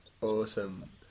Awesome